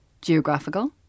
geographical